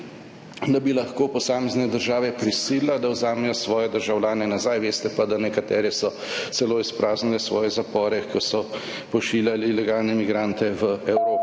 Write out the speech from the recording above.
da bi lahko posamezne države prisilila, da vzamejo svoje državljane nazaj. Veste pa, da so nekatere celo izpraznile svoje zapore, ko so pošiljali ilegalne migrante v Evropo.